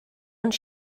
ond